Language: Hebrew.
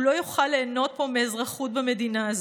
הוא לא יוכל ליהנות פה מאזרחות במדינה הזו.